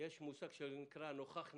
מושג שנקרא נוכח נעדר.